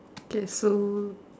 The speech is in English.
okay so